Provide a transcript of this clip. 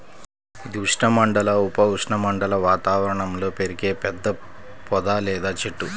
ఇది ఉష్ణమండల, ఉప ఉష్ణమండల వాతావరణంలో పెరిగే పెద్ద పొద లేదా చెట్టు